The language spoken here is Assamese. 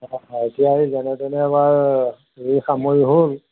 অঁ এতিয়া এই যেনে তেনে আমাৰ ৰুই সামৰি হ'ল